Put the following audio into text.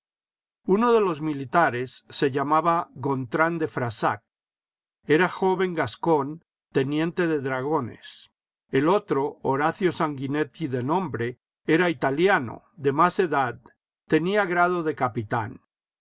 uno de los militares se llamaba gontrán de frassac era joven gascón teniente de dragones el otro horacio sanguinetti de nombre era italiano de más edad tenía grado de capitán